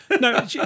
No